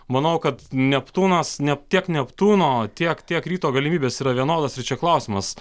manau kad neptūnas ne tiek neptūno tiek tiek ryto galimybės yra vienodos ir čia klausimas